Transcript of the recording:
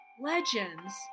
legends